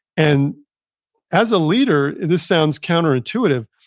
and as a leader, this sounds counterintuitive,